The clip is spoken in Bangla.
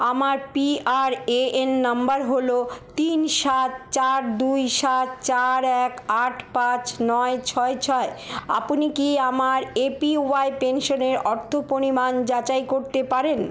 আমার পিআরএএন নম্বর হল ও তিন সাত চার দুই সাত চার এক আট পাঁচ নয় ছয় ছয় আপনি কি আমার এপিওয়াই পেনশনের অর্থ পরিমাণ যাচাই করতে পারেন